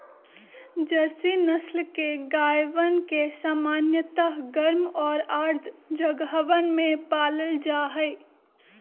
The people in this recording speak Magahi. जर्सी नस्ल के गायवन के सामान्यतः गर्म और आर्द्र जगहवन में पाल्ल जाहई